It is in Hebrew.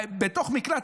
בתוך מקלט.